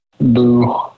Boo